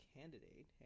candidate